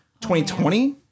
2020